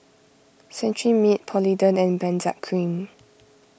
Cetrimide Polident and Benzac Cream